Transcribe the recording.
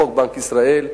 חוק בנק ישראל,